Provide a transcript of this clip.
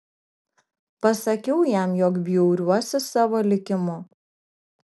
pasakiau jam jog bjauriuosi savo likimu